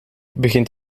begint